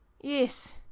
Yes